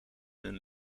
hun